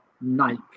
Nike